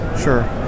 Sure